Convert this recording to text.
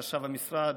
חשב המשרד,